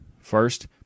first